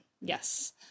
Yes